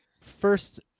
first